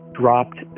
dropped